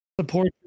Support